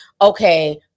okay